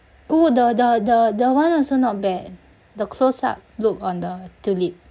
oo the the the that one also not bad the close up look on the tulip